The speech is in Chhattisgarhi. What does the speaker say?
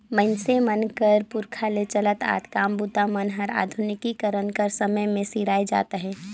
मइनसे मन कर पुरखा ले चलत आत काम बूता मन हर आधुनिकीकरन कर समे मे सिराए जात अहे